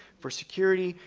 for security,